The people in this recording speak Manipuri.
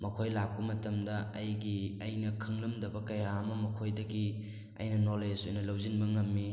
ꯃꯈꯣꯏ ꯂꯥꯛꯄ ꯃꯇꯝꯗ ꯑꯩꯒꯤ ꯑꯩꯅ ꯈꯪꯂꯝꯗꯕ ꯀꯌꯥ ꯑꯃ ꯃꯈꯣꯏꯗꯒꯤ ꯑꯩꯅ ꯅꯣꯂꯦꯖ ꯑꯣꯏꯅ ꯂꯧꯁꯤꯟꯕ ꯉꯝꯏ